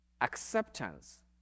acceptance